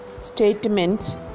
statement